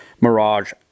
Mirage